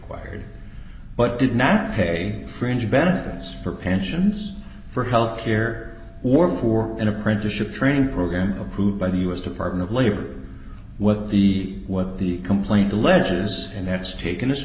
wired but did not pay fringe benefits for pensions for health care or for an apprenticeship training program approved by the u s department of labor what the what the complaint alleges and that's taken as